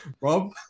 Rob